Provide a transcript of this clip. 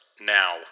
now